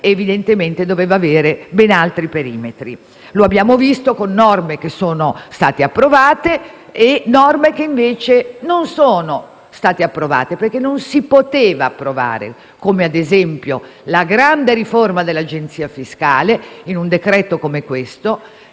evidentemente doveva avere ben altri perimetri. Lo abbiamo visto con norme che sono state approvate e norme che invece non sono state approvate perché non si potevano approvare. Come, ad esempio, la grande riforma dell'Agenzia fiscale in un decreto come questo,